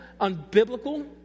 unbiblical